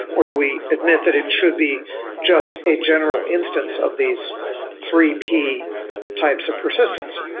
or do we admit that it should be just a general instance of these three p types of persistence?